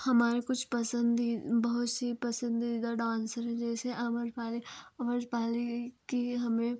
हमारे कुछ पसंदी बहुत सी पसंदीदा डांसर हैं जैसे आम्रपाली आम्रपाली की हमें